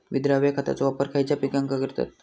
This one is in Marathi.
विद्राव्य खताचो वापर खयच्या पिकांका करतत?